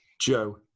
Joe